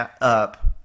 up